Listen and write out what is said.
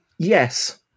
Yes